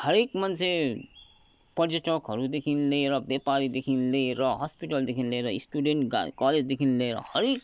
हरेक मान्छे पर्यटकहरूदेखि लिएर ब्यापारीदेखि लिएर हस्पिटलदेखि लिएर स्टुडेन्ट कलेजदेखि लिएर हरेक